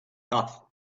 tough